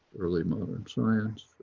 early modern science,